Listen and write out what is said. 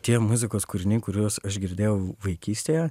tie muzikos kūriniai kuriuos aš girdėjau vaikystėje